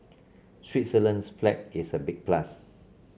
Switzerland's flag is a big plus